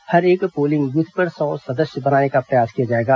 हर एक polling booth पर सौ सदस्य बनाने का प्रयास किया जाएगा